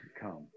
come